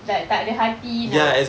like tak ada hati nak